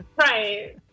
Right